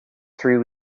three